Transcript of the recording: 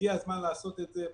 הגיע הזמן לעשות את זה.